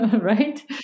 right